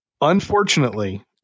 Unfortunately